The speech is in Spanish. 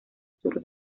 sur